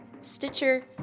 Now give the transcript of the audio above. Stitcher